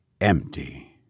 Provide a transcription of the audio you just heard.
empty